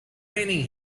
raining